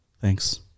Thanks